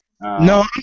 No